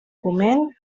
foment